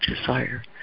desire